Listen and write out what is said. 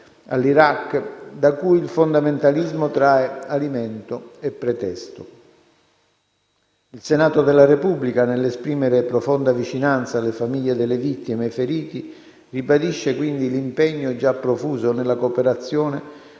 all'Iraq) da cui il fondamentalismo trae alimento e pretesto. Il Senato della Repubblica, nell'esprimere profonda vicinanza alle famiglie delle vittime e ai feriti, ribadisce quindi l'impegno già profuso nella cooperazione